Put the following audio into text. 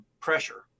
pressure